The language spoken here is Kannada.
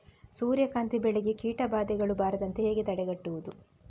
ಸೂರ್ಯಕಾಂತಿ ಬೆಳೆಗೆ ಕೀಟಬಾಧೆಗಳು ಬಾರದಂತೆ ಹೇಗೆ ತಡೆಗಟ್ಟುವುದು?